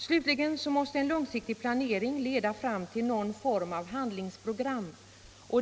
Slutligen måste en långsiktig planering leda fram till någon form av handlingsprogram.